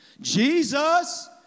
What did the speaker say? Jesus